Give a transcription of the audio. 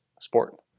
sport